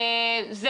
זה